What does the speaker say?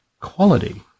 quality